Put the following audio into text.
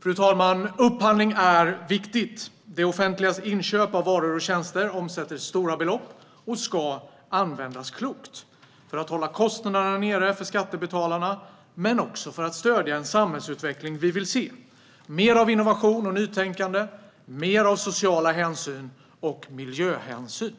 Fru talman! Upphandling är viktig. Det offentligas inköp av varor och tjänster omsätter stora belopp och ska användas klokt - för att hålla kostnaderna nere för skattebetalarna, men också för att stödja en samhällsutveckling som vi vill se med mer av innovation och nytänkande och med mer av social hänsyn och miljöhänsyn.